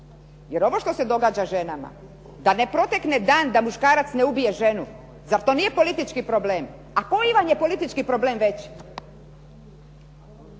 Jer ovo što se događa ženama, da ne protekne dan da muškarac ne ubije ženu. Zar to nije politički problem? A koji vam je politički problem većim?